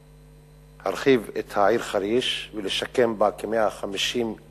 להרחיב את העיר חריש ולשכן בה כ-150,000